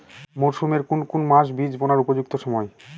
মরসুমের কোন কোন মাস বীজ বোনার উপযুক্ত সময়?